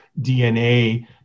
DNA